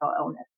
illness